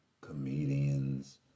comedians